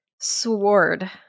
Sword